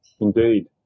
Indeed